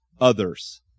others